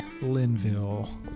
Linville